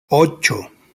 ocho